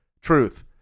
truth